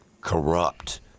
corrupt